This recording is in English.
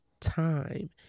time